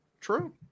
True